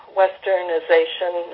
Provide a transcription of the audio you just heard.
westernization